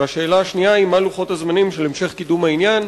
והשאלה השנייה היא: מה לוחות הזמנים של המשך קידום העניין?